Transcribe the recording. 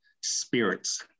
spirits